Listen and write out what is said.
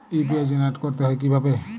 UPI generate করতে হয় কিভাবে?